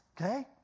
okay